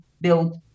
build